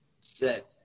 set